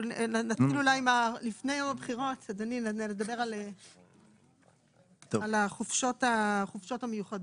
לפני יום הבחירות, נדבר על החופשות המיוחדות.